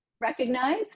recognize